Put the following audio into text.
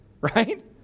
right